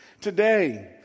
Today